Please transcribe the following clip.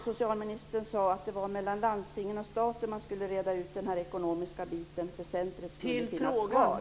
Socialministern sade att det var mellan landstingen och staten man skulle reda ut den ekonomiska biten, för centret skulle finnas kvar.